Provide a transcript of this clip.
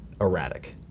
erratic